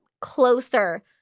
closer